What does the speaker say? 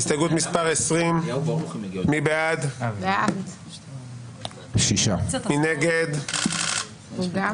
הסתייגויות 48 עד 51. אגב,